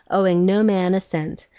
owing no man a cent,